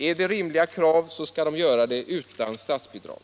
Är kraven rimliga skall de uppfyllas utan statsbidrag.